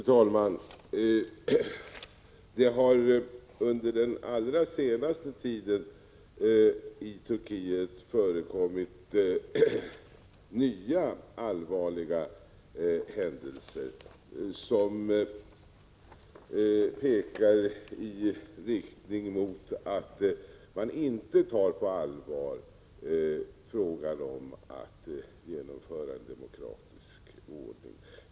Fru talman! Under den allra senaste tiden har det i Turkiet förekommit nya, allvarliga händelser, som pekar i riktning mot att man inte tar på allvar frågan om att genomföra en demokratisk ordning.